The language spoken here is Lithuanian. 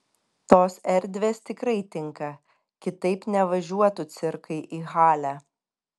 tos erdvės tikrai tinka kitaip nevažiuotų cirkai į halę